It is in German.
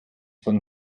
von